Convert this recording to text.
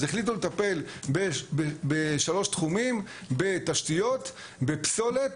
אז החליטו לטפל בשלושה תחומים, בתשתיות, בפסולת